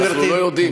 אנחנו לא יודעים.